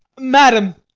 madam,